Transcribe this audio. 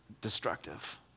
destructive